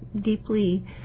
deeply